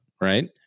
Right